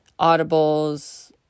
audibles